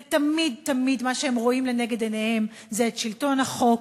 ותמיד תמיד מה שהם רואים לנגד עיניהם זה את שלטון החוק,